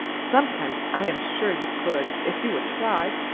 sometimes i am sure you could, if you would try.